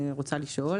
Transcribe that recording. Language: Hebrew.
אני רוצה לשאול,